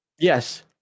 Yes